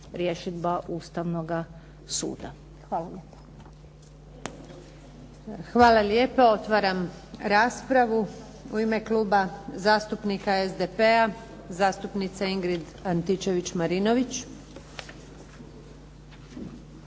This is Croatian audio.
Željka (SDP)** Hvala lijepo. Otvaram raspravu. U ime Kluba zastupnika SDP-a, zastupnica Ingrid Antičević-Marinović.